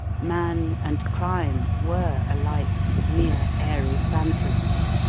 man and crime were alike mere airy phantoms.